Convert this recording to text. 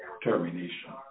termination